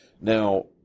Now